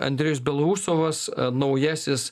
andrejus belousovas naujasis